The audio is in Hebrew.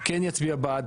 כן יצביע בעד,